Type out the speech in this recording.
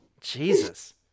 Jesus